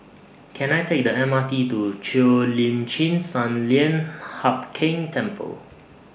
Can I Take The M R T to Cheo Lim Chin Sun Lian Hup Keng Temple